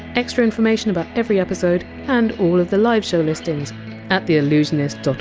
extra information about every episode, and all of the live show listings at theallusionist dot